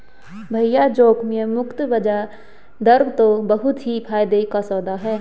भैया जोखिम मुक्त बयाज दर तो बहुत ही फायदे का सौदा है